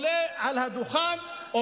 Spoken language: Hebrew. ועל אחדות.